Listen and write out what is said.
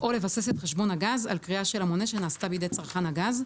או לבסס את חשבון הגז על קריאה של המונה שנעשתה בידי צרכן הגז,